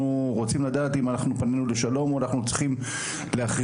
רוצים לדעת אם פנינו לשלום או אם אנחנו צריכים להכריז